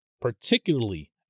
particularly